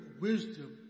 wisdom